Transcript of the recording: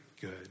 good